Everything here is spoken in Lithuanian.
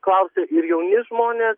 klausia ir jauni žmonės